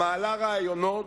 המעלה רעיונות,